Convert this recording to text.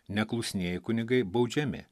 neklusnieji kunigai baudžiami